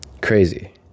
crazy